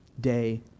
day